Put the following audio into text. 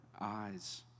eyes